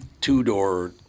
two-door